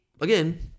again